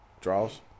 Draws